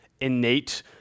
innate